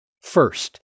First